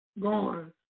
gone